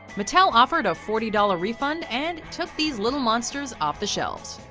mattel offered a forty dollar refund, and took these little monsters off the shelves.